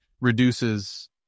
reduces